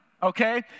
Okay